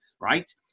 right